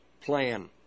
plan